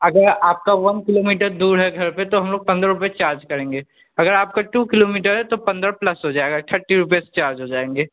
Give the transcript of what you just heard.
अगर आपका one kilometre दूर है घर पर तो हम लोग पन्द्रह रुपये चार्ज करेंगे अगर आपका टू किलोमीटर है तो पन्द्रह प्लस हो जाएगा थट्टी रुपीज़ चार्ज हो जाएँगे